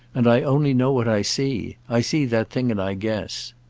and i only know what i see. i see that thing and i guess.